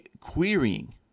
querying